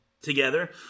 Together